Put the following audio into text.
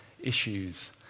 issues